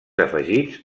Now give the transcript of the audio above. afegits